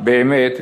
באמת,